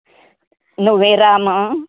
नुवें रामा